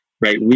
right